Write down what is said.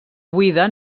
buida